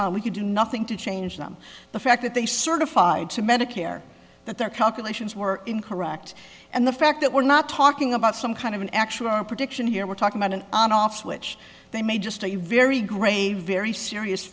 e we could do nothing to change them the fact that they certified to medicare that their calculations were incorrect and the fact that we're not talking about some kind of an actual our prediction here we're talking about an on off switch they made just a very grave very serious